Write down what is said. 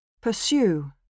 Pursue